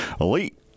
Elite